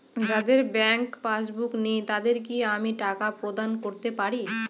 যাদের bank passbook নেই তাদের কি আমি টাকা প্রদান করতে পারি?